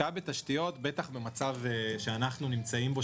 השקעה בתשתיות בטח במצב שאנחנו נמצאים בו,